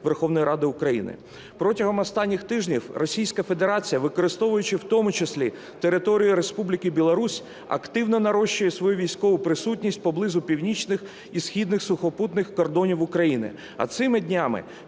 Верховної Ради України. Протягом останніх тижнів Російська Федерація, використовуючи в тому числі територію Республіки Білорусь, активно нарощує свою військову присутність поблизу північних і східних сухопутних кордонів України, а цими днями,